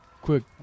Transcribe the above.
quick